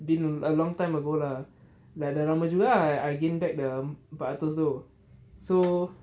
been a long time ago lah like dah lama juga ah I've gained back the empat ratus tu so